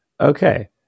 Okay